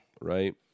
right